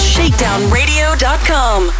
ShakedownRadio.com